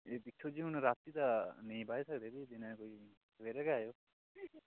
दिक्खो जी हुन रातीं ते बाही नी सकदे ते सवेरे गै आई जाओ तुस